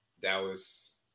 Dallas